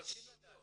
רוצים לדעת.